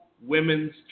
Women's